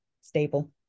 stable